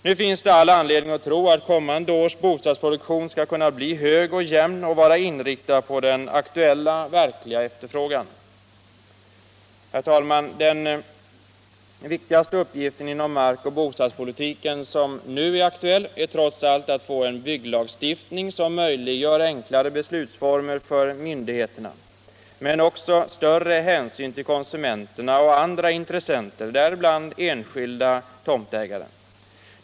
Nu finns det all anledning att tro att kommande års bostadsproduktion skall kunna bli hög och jämn och vara inriktad på den aktuella verkliga efterfrågan. Herr talman! Den viktigaste uppgift inom markoch bostadspolitiken som nu är aktuell är trots allt att få en bygglagstiftning som möjliggör enklare beslutsformer för myndigheterna men också tar större hänsyn till konsumenterna och andra intressenter, däribland enskilda tomtägare.